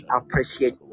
appreciate